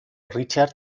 richard